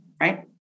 right